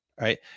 right